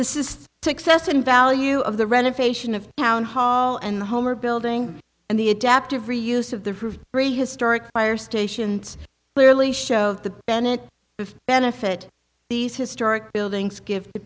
this is the excess in value of the renovation of town hall and the homer building and the adaptive reuse of the prehistoric fire stations clearly show the bennett the benefit these historic buildings give